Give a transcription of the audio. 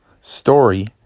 story